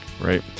Right